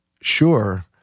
sure